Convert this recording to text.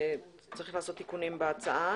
לעשות תיקונים בהצעה.